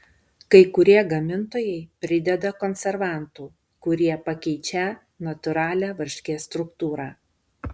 kai kurie gamintojai prideda konservantų kurie pakeičią natūralią varškės struktūrą